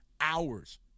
hours